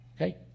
okay